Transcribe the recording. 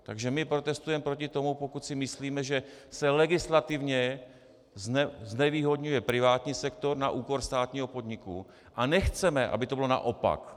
Takže my protestujeme proti tomu, pokud si myslíme, že se legislativně znevýhodňuje privátní sektor na úkor státního podniku, a nechceme, aby to bylo naopak.